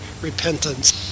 repentance